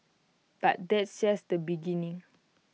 but that's just the beginning